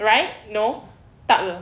right no tak ke